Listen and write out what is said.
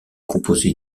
composé